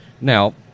Now